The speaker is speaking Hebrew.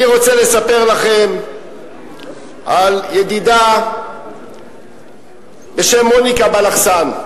אני רוצה לספר לכם על ידידה בשם מוניקה בלחסן.